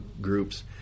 groups